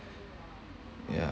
ya